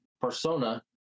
persona